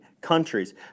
countries